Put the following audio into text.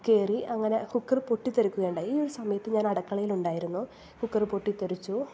കേറി അങ്ങനെ കുക്കറ് പൊട്ടിത്തെറിക്കുക ഉണ്ടായി ഈ ഒരു സമയത്ത് ഞാൻ അടുക്കളയിൽ ഉണ്ടായിരുന്നു കുക്കറ് പൊട്ടിത്തെറിച്ചു